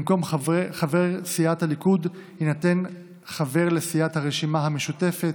במקום חבר סיעת הליכוד יינתן חבר לסיעת הרשימה המשותפת,